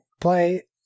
play